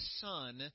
Son